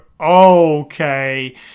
okay